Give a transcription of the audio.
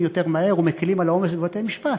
יותר מהר ומקילים את העומס בבתי-משפט,